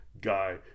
guy